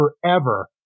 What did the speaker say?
forever